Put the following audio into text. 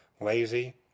lazy